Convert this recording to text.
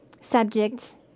subject